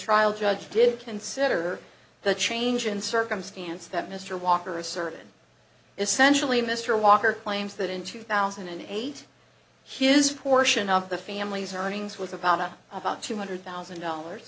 trial judge did consider the change in circumstance that mr walker asserted essentially mr walker claims that in two thousand and eight his portion of the family's earnings was about about two hundred thousand dollars